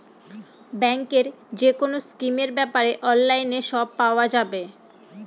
ব্যাঙ্কের যেকোনো স্কিমের ব্যাপারে অনলাইনে সব পাওয়া যাবে